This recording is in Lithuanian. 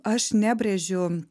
aš nebrėžiu